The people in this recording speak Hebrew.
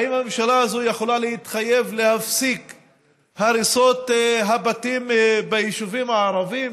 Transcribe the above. האם הממשלה הזו יכלה להתחייב להפסיק את הריסות הבתים ביישובים הערביים?